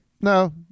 no